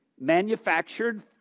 manufactured